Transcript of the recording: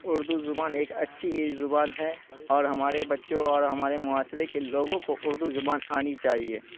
اردو زبان ایک اچھی زبان ہے اور ہمارے بچوں اور ہمارے معاشرے کے لوگوں کو اردو زبان آنی چاہیے